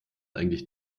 eigentlich